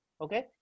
okay